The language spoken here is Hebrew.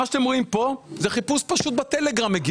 מה שאתם רואים כאן, זה חיפוש פשוט בטלגרם.